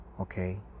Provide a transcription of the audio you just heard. okay